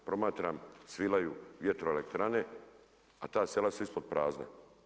Promatram Svilaju vjetroelektrane, a ta sela su ispod prazna.